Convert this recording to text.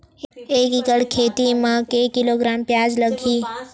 एक एकड़ खेती म के किलोग्राम प्याज लग ही?